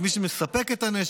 את מי שמספק את הנשק,